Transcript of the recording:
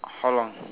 how long